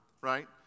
right